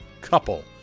couple